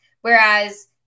Whereas